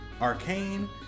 Arcane